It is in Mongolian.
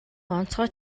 онцгой